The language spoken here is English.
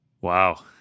Wow